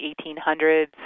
1800s